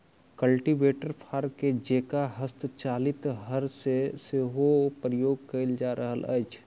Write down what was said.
cultivator फार के जेंका हस्तचालित हर मे सेहो प्रयोग कयल जा रहल अछि